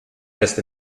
erst